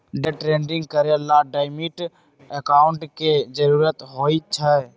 day trading करे ला demat account के जरूरत होई छई